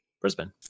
Brisbane